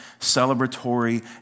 celebratory